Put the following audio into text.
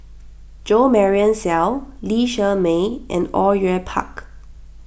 Jo Marion Seow Lee Shermay and Au Yue Pak